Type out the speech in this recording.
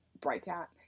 breakout